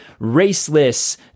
raceless